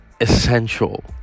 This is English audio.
essential